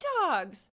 dogs